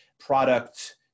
Product